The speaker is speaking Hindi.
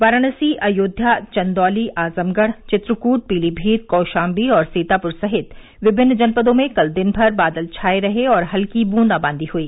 वाराणसी अयोध्या चंदौली आजमगढ़ चित्रकृट पीलीमीत कौशाम्बी सीतापुर सहित विभिन्न जनपदों में कल दिन भर बादल छाए रहे और हल्की बुदाबादी हुई